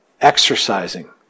Exercising